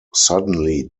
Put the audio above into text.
suddenly